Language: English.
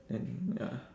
and ya